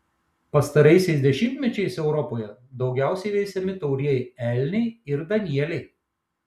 pastaraisiais dešimtmečiais europoje daugiausiai veisiami taurieji elniai ir danieliai